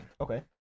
okay